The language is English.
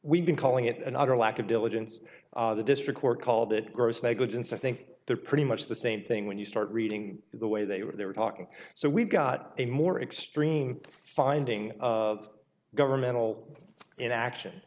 we've been calling it an utter lack of diligence the district court called it gross negligence i think they're pretty much the same thing when you start reading the way they were talking so we've got a more extreme finding governmental in action